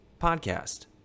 podcast